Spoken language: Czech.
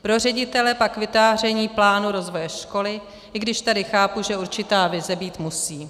Pro ředitele pak vytváření plánu rozvoje školy, i když tady chápu, že určitá vize být musí.